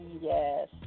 Yes